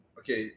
okay